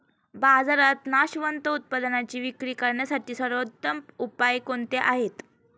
बाजारात नाशवंत उत्पादनांची विक्री करण्यासाठी सर्वोत्तम उपाय कोणते आहेत?